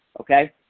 okay